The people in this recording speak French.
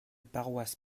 paroisse